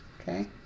okay